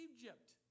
Egypt